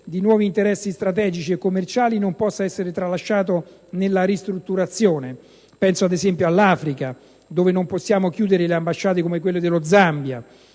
di nuovi interessi strategici e commerciali non possa essere tralasciato nella ristrutturazione: penso ad esempio all'Africa, dove non possiamo chiudere ambasciate come quella dello Zambia,